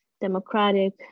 democratic